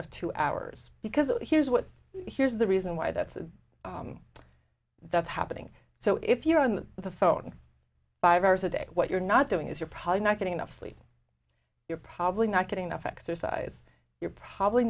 of two hours because here's what here's the reason why that's that's happening so if you're on the phone five hours a day what you're not doing is you're probably not getting enough sleep you're probably not getting enough exercise you're probably